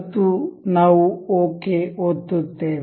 ಮತ್ತು ನಾವು ಓಕೆ ಒತ್ತುತ್ತೇವೆ